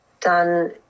done